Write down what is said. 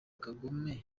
kagome